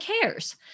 cares